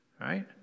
right